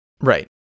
Right